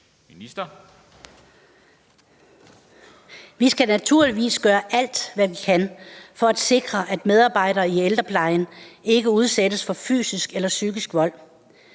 Vi skal naturligvis gøre alt, hvad vi kan, for at sikre, at medarbejdere i ældreplejen ikke udsættes for fysisk og psykisk vold.